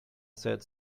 said